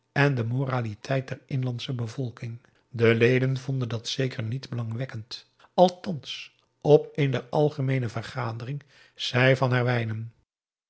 en de moraliteit der inlandsche bevolking de leden vonden dat zeker niet belangwekkend althans op een der algemeene vergaderingen zei van herwijnen